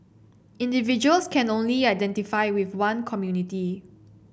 individuals can only identify with one community